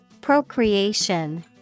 procreation